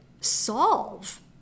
solve